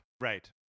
Right